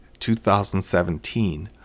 2017